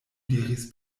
diris